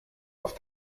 auf